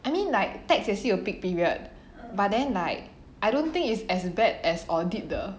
I mean like tax 也是有 peak period but then like I don't think is as bad as audit 的